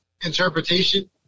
interpretation